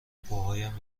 پاهایم